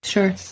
Sure